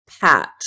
pat